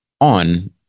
on